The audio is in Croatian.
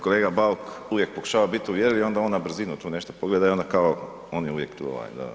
Kolega Bauk uvijek pokušava bit uvjerljiv i onda on na brzinu tu nešto pogleda i onda kao on je uvijek tu.